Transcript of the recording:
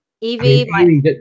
Evie